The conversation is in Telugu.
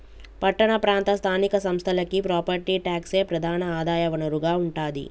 పట్టణ ప్రాంత స్థానిక సంస్థలకి ప్రాపర్టీ ట్యాక్సే ప్రధాన ఆదాయ వనరుగా ఉంటాది